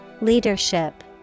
Leadership